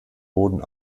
boden